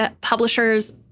publisher's